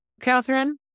Catherine